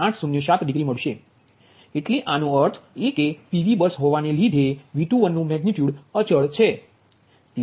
એટલે આ નો અર્થ એ કે PV બસ હોવાને લીધે V21નુ મેગનિટ્યુડ અચલ છે